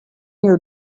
you